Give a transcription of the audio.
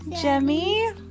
Jemmy